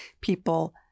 people